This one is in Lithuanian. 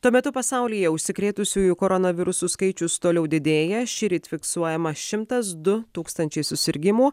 tuo metu pasaulyje užsikrėtusiųjų koronavirusu skaičius toliau didėja šįryt fiksuojama šimtas du tūkstančiai susirgimų